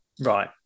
right